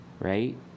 right